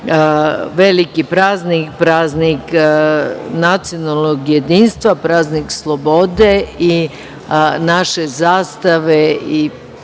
veliki praznik, praznik nacionalnog jedinstva, praznik slobode i naše zastave. Pozivam